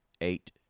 eight